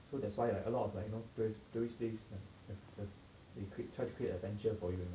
so that's why ah a lot of like you know tourist tourist place they create charge create adventure for you you know